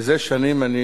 זה שנים אני